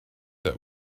that